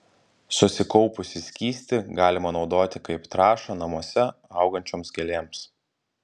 susikaupusį skystį galima naudoti kaip trąšą namuose augančioms gėlėms